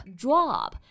drop